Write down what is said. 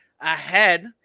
ahead